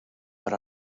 per